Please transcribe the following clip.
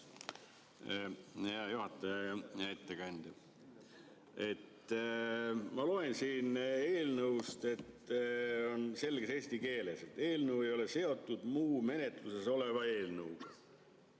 Ma loen siit eelnõust selges eesti keeles, et eelnõu ei ole seotud muu menetluses oleva eelnõuga.